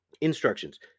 Instructions